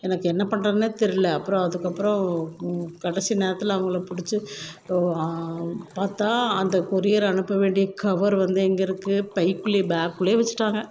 எனக்கு என்ன பண்ணுறதுன்னே தெரியல அப்புறம் அதுக்கப்புறோம் கடைசி நேரத்தில் அவங்கள பிடிச்சி பார்த்தா அந்த கொரியர் அனுப்ப வேண்டிய கவர் வந்து எங்கே இருக்கு பைக்குள்ளே பேக்குள்ளே வச்சிட்டாங்க